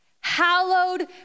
hallowed